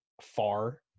far